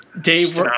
Dave